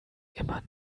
immer